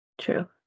true